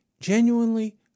genuinely